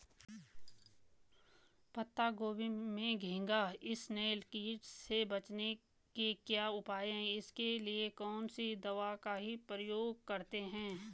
पत्ता गोभी में घैंघा इसनैल कीट से बचने के क्या उपाय हैं इसके लिए कौन सी दवा का प्रयोग करते हैं?